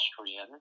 Austrian